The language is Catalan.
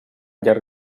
llarg